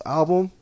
album